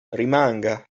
rimanga